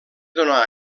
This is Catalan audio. donà